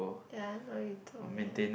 ya not really to me lah